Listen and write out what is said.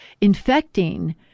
infecting